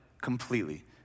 completely